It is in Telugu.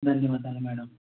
ధన్యవాదాలు మ్యాడం